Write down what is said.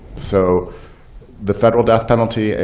so the federal death penalty,